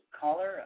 caller